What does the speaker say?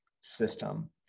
system